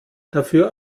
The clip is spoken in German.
dafür